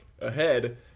ahead